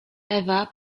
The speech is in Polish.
ewa